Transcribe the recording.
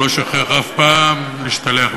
הוא לא שוכח אף פעם להשתלח בבית-המשפט,